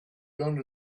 done